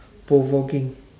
provoking